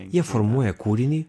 jie formuoja kūrinį